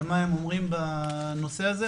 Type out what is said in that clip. על מה הם אומרים בנושא הזה,